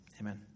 Amen